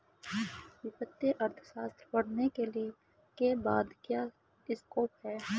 वित्तीय अर्थशास्त्र पढ़ने के बाद क्या स्कोप है?